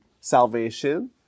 salvation